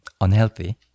unhealthy